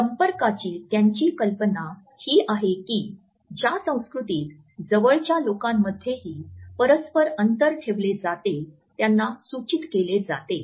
संपर्काची त्यांची कल्पना ही आहे की ज्या संस्कृतीत जवळच्या लोकांमध्येही परस्पर अंतर ठेवले जाते त्यांना सूचित केले जाते